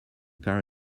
car